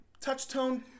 touch-tone